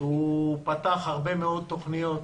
הוא פתח הרבה מאוד תוכניות,